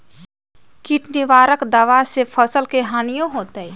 किट निवारक दावा से फसल के हानियों होतै?